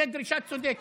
זו דרישה צודקת.